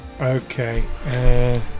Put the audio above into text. okay